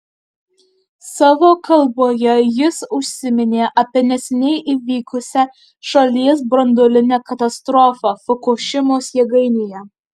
savo kalboje jis užsiminė apie neseniai įvykusią šalies branduolinę katastrofą fukušimos jėgainėje